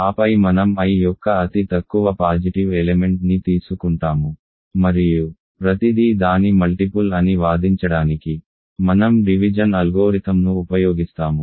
ఆపై మనం I యొక్క అతి తక్కువ పాజిటివ్ ఎలెమెంట్ ని తీసుకుంటాము మరియు ప్రతిదీ దాని మల్టిపుల్ అని వాదించడానికి మనం డివిజన్ అల్గోరిథంను ఉపయోగిస్తాము